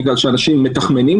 כי אנשים מתחמנים,